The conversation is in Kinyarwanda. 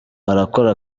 arakora